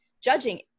judging